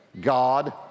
God